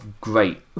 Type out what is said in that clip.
great